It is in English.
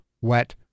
wet